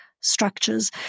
structures